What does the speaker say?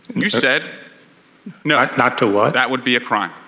you said no, not to one. that would be a crime.